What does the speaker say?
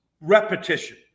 repetition